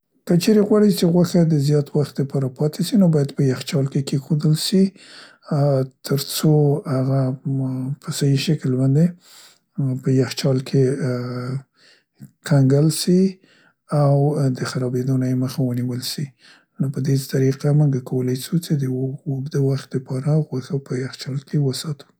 که چیرې غواړی چې خوښه د زیات وخت لپاره پاتې شي نو باید په یخچال کې کیښودل سي، ا تر څو هغه ام م په سهي شکل باندې ا په یخچال کې ا ا کنګل سي او د خرابیدونو یې مخه ونیول سي. نو په دې طریقه باندې کولای سو چې د اوږده وخت د پاره خوښه په یخچال کې وساتو.